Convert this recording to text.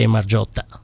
Margiotta